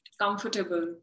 comfortable